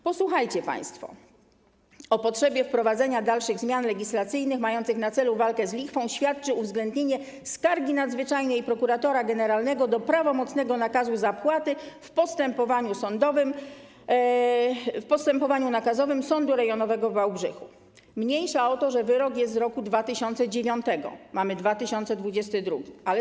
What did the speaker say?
Posłuchajcie państwo: O potrzebie wprowadzenia dalszych zmian legislacyjnych mających na celu walkę z lichwą świadczy uwzględnienie skargi nadzwyczajnej prokuratora generalnego do prawomocnego nakazu zapłaty w postępowaniu sądowym, w postępowaniu nakazowym Sądu Rejonowego w Wałbrzychu - mniejsza o to, że wyrok jest z roku 2009, a mamy 2022 r.